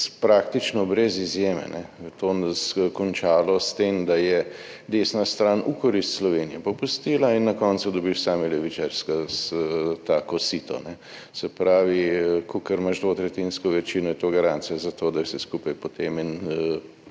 praktično brez izjeme to končalo s tem, da je desna stran v korist Slovenije popustila in na koncu dobiš same levičarje skozi tako sito. Se pravi, če imaš dvotretjinsko večino, je to garancija za to, da je vse skupaj potem en